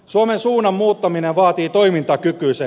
suomen suunnan muuttaminen vaatii toimintakyky se